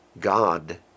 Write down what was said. God